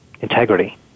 integrity